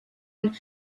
and